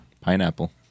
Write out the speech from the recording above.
Pineapple